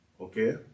Okay